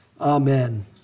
amen